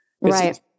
right